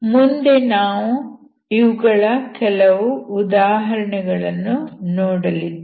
ಮುಂದೆ ನಾವು ಇವುಗಳ ಕೆಲವು ಉದಾಹರಣೆಗಳನ್ನು ನೋಡಲಿದ್ದೇವೆ